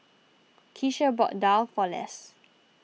Keisha bought Daal for Les